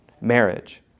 marriage